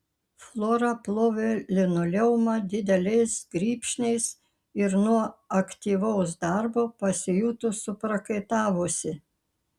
flora plovė linoleumą dideliais grybšniais ir nuo aktyvaus darbo pasijuto suprakaitavusi